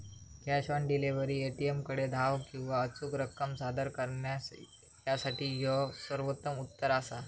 cash on delivery, ए.टी.एमकडे धाव किंवा अचूक रक्कम सादर करणा यासाठी ह्यो सर्वोत्तम उत्तर असा